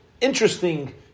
interesting